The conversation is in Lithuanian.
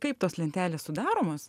kaip tos lentelės sudaromos